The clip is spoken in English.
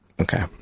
Okay